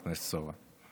חבר הכנסת סובה.